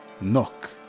Knock